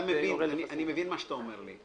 אני מבין מה אתה אומר,